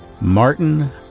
Martin